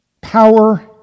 power